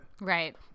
Right